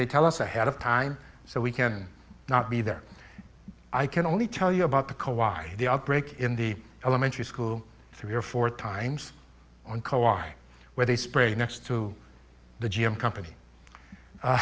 they tell us ahead of time so we can not be there i can only tell you about the co i the outbreak in the elementary school three or four times on co i where they spray next to the g m company